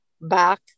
back